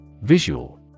Visual